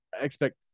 expect